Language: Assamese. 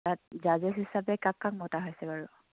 তাত জাজেছ্ হিচাপে কাক কাক মতা হৈছে বাৰু